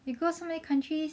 go so many countries